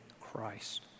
Christ